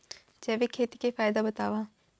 जैविक खेती के फायदा बतावा?